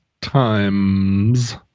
times